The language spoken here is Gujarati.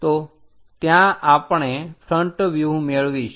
તો ત્યાં આપણે ફ્રન્ટ વ્યુહ મેળવીશું